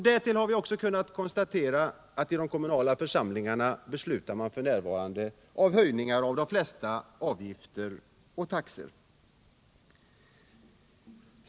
Därtill har vi kunnat konstatera att man i de kommunala församlingarna 189 f.n. beslutar om höjningar av de flesta avgifter och taxor.